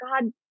God